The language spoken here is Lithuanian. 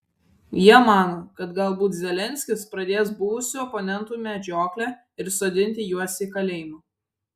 jie mano kad galbūt zelenskis pradės buvusių oponentų medžioklę ir sodinti juos į kalėjimą